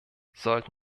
sollten